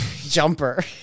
Jumper